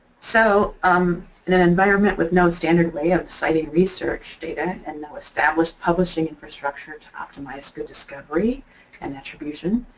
so um in an environment with no standard way of citing research data and no established publishing infrastructure to optimize good discovery and attribution,